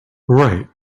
right